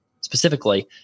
specifically